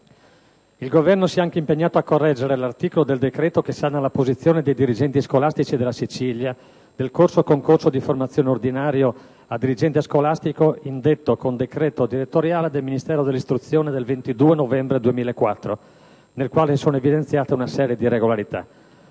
Il Governo si è anche impegnato a correggere l'articolo del decreto che sana la posizione dei dirigenti scolastici della Sicilia in esito al corso-concorso di formazione ordinario a dirigente scolastico indetto con decreto direttoriale del Ministero dell'istruzione del 22 novembre 2004, nel quale si sono evidenziate una serie di irregolarità.